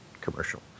commercial